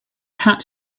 cat